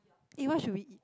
eh what should we eat